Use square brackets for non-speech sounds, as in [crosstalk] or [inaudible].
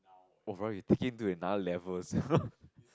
woah bro you take in to another level sia [laughs]